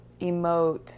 emote